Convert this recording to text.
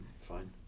fine